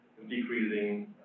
decreasing